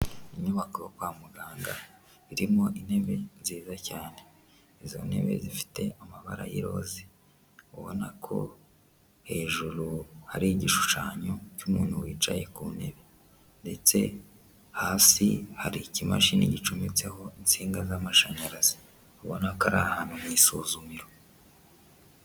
Inyubako yo kwa muganga irimo intebe nziza cyane izo ntebe zifite amabara y'iroza, ubona ko hejuru hari igishushanyo cy'umuntu wicaye ku ntebe ndetse hasi hari ikimashini gicometseho insinga z'amashanyarazi ubona ko ari ahantu mu isuzumiro.